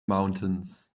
mountains